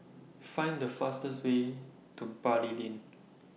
Find The fastest Way to Bali Lane